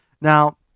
Now